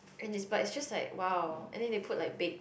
and it's but is just like !wow! and then they put like bac~